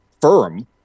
firm